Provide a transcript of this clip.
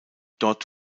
dort